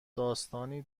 داستانی